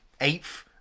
eighth